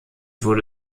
wurde